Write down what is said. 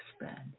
expand